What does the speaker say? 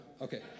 Okay